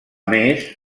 més